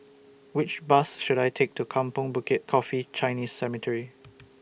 Which Bus should I Take to Kampong Bukit Coffee Chinese Cemetery